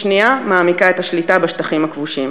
השנייה מעמיקה את השליטה בשטחים הכבושים.